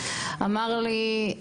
אמר לי,